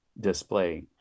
display